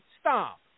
Stop